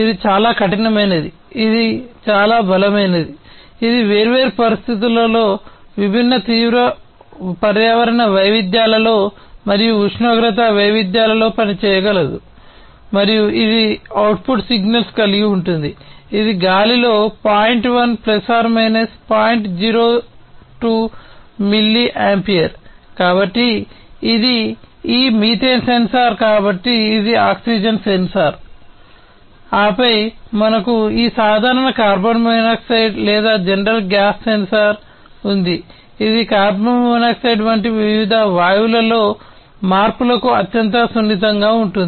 ఇది చాలా కఠినమైనది చాలా బలమైనది ఇది వేర్వేరు తీవ్ర పరిస్థితులలో విభిన్న తీవ్ర పర్యావరణ వైవిధ్యాలలో ఉంది ఇది కార్బన్ మోనాక్సైడ్ వంటి వివిధ వాయువులలో మార్పులకు అత్యంత సున్నితంగా ఉంటుంది